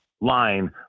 line